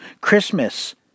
Christmas